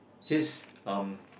his um